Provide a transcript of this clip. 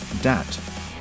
dat